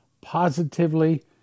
positively